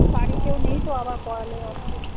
বাড়িতে ও নেই তো আবার করালে অসুবিধা